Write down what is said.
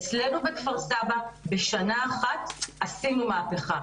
אצלנו בכפר-סבא בשנה אחת עשינו מהפכה.